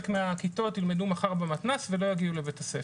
מהכיתות ילמדו מחר במתנ"ס ולא יגיעו לבית הספר,